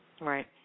Right